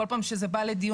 בכל פעם שזה בא לדיון,